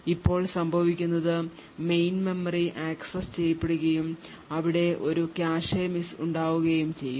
ഇപ്പോൾ സംഭവിക്കുന്നത് main memory access ചെയ്യപ്പെടുകയും അവിടെ ഒരു കാഷെ മിസ് ഉണ്ടാവുകയും ചെയ്യും